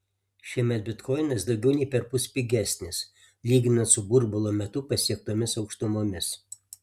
šiemet bitkoinas daugiau nei perpus pigesnis lyginant su burbulo metu pasiektomis aukštumomis